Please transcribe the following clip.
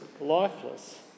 lifeless